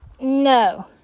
no